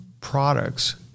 products